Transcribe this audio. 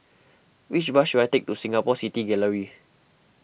which bus should I take to Singapore City Gallery